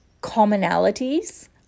commonalities